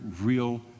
real